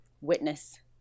witness